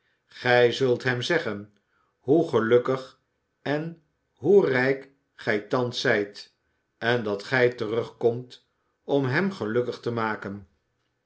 gij zult hem zeggen hoe gelukkig en hoe rijk gij thans zijt en dat gij terugkomt om hem gelukkig te maken